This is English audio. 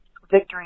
victory